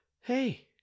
Hey